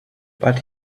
but